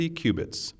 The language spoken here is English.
cubits